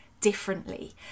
differently